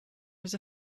was